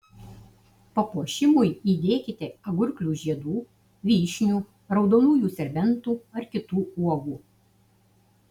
papuošimui įdėkite agurklių žiedų vyšnių raudonųjų serbentų ar kitų uogų